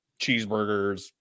cheeseburgers